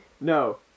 No